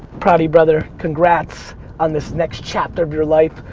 proud of you, brother. congrats on this next chapter of your life.